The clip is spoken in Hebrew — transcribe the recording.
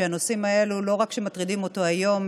שהנושאים האלה לא רק שמטרידים אותו היום,